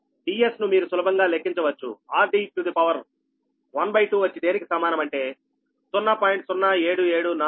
Ds ను మీరు సులభంగా లెక్కించవచ్చు 12 వచ్చి దేనికి సమానం అంటే 0